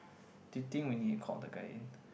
do you think we need to call the guy in